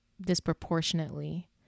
disproportionately